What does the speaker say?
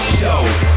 show